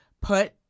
put